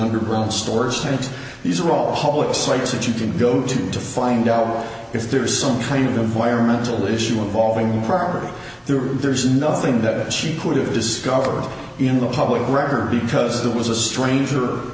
underground stores and these are all sites that you can go to to find out if there is some kind of environmental issue involving property there or there's nothing that she could have discover in the public record because that was a stranger